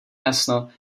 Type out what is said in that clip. jasno